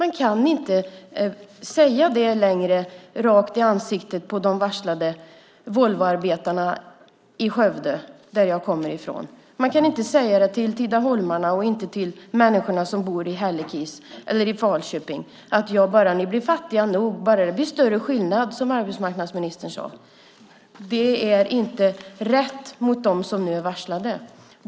Ni kan inte säga det längre rakt i ansiktet på de varslade Volvoarbetarna i Skövde, där jag kommer ifrån. Man kan inte säga till tidaholmarna och människorna som bor i Hällekis eller i Falköping: Om ni bara blir fattiga nog så att det blir större skillnad, som arbetsmarknadsministern sade, hittar ni säkert ett jobb. Det är inte rätt mot dem som nu är varslade.